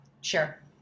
Sure